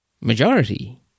Majority